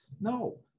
No